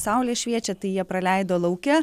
saulė šviečia tai jie praleido lauke